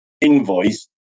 invoice